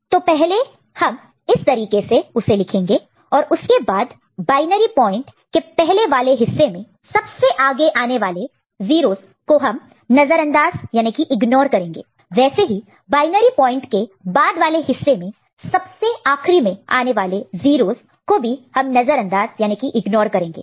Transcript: तो पहले हम इस तरीके से उसे लिखेंगे और उसके बाद बायनरी पॉइंट के पहले वाले हिस्से में सबसे आगे लीडिंग leadingआने वाले 0's है उसे हम नजर अंदाज इग्नोर करेंगे वैसे ही बायनरी पॉइंट के बाद वाले हिस्से में सबसे आखरी में आने वाले 0's को भी हम नजर अंदाज इग्नोर करेंगे